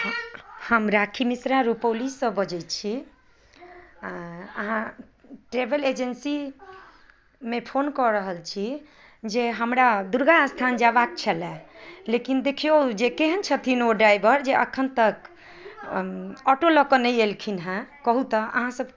हम राखी मिश्रा रुपौलीसँ बजै छी अहाँ ट्रेवल एजेन्सीमे फोन कऽ रहल छी जे हमरा दुर्गा स्थान जेबाक छलै लेकिन देखियौ जे केहन छथिन ओ ड्राइवर एखन तक ऑटो लअ कऽ नहि एलखिन हेँ कहू तऽ अहाँ सभ